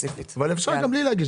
אפשר גם בלי להגיש.